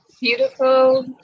beautiful